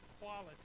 quality